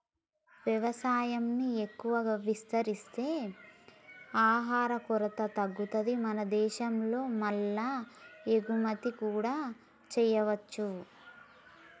వ్యవసాయం ను ఎక్కువ విస్తరిస్తే ఆహార కొరత తగ్గుతది మన దేశం లో మల్ల ఎగుమతి కూడా చేయొచ్చు